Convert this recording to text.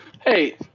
Hey